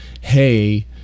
hey